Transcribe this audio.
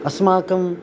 अस्माकं